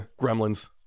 gremlins